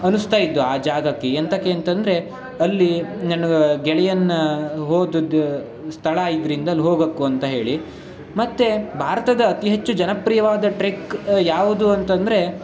ಅನ್ನಿಸ್ತಾ ಇದೆ ಆ ಜಾಗಕ್ಕೆ ಎಂತಕ್ಕೆ ಅಂತಂದರೆ ಅಲ್ಲಿ ನನ್ನ ಗೆಳೆಯನ ಹೋದದ್ದು ಸ್ಥಳ ಇದ್ದರಿಂದ ಅಲ್ಲಿ ಹೋಗಕ್ಕು ಅಂತ ಹೇಳಿ ಮತ್ತು ಭಾರತದ ಅತಿ ಹೆಚ್ಚು ಜನಪ್ರಿಯವಾದ ಟ್ರೆಕ್ ಯಾವುದು ಅಂತಂದರೆ